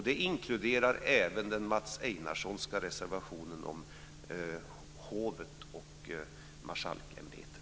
Det inkluderar även den Mats Einarssonska reservationen om hovet och marskalksämbetet.